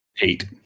Eight